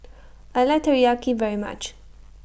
I like Teriyaki very much